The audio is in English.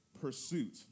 pursuit